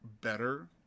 better